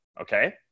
Okay